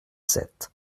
sept